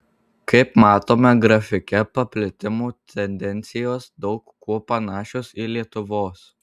kaip matome grafike paplitimo tendencijos daug kuo panašios į lietuvos